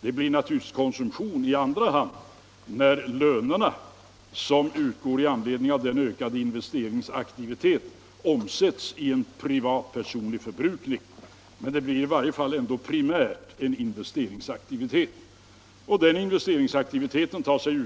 Det blir naturligtvis konsumtion i andra hand, när lönerna som utgår i anledning av den ökade investeringsaktiviteten omsätts i privat, personlig förbrukning, men det blir i alla fall primärt en investeringsaktivitet. Och den investeringsaktiviteten tar sig